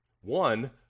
one